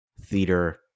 theater